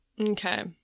Okay